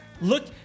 look